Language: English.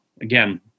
again